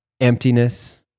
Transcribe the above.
emptiness